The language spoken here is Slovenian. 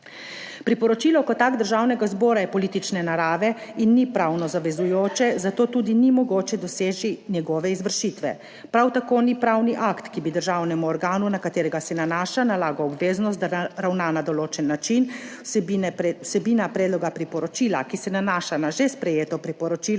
Priporočilo kot akt Državnega zbora je politične narave in ni pravno zavezujoče, zato tudi ni mogoče doseči njegove izvršitve. Prav tako ni pravni akt, ki bi državnemu organu na katerega se nanaša, nalaga obveznost, da ravna na določen način. Vsebina predloga priporočila, ki se nanaša na že sprejeto priporočilo